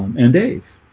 and dave